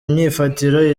myifatire